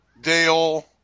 Dale